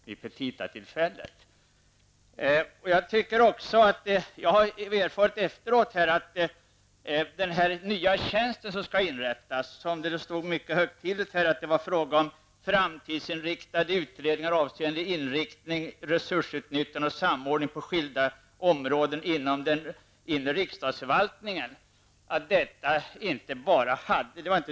Jag har efteråt erfarit att behovet av den nya tjänst som skall inrättas inte bara har dykt upp plötsligt, utan det finns ett behov av att placera en av riksdagens tjänstemän. Det stod mycket högtidligt att det var fråga om framtidsinriktade utredningar avseende inriktning, resursutnyttjande och samordning på skilda områden inom den inre riksdagsförvaltningen.